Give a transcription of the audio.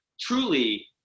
truly